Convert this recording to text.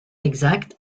exact